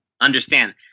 understand